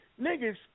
Niggas